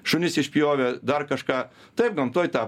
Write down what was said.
šunis išpjovė dar kažką taip gamtoje tą